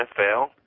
NFL